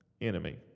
enemy